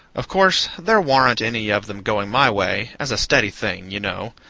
of course there warn't any of them going my way, as a steady thing, you know,